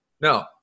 no